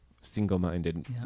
single-minded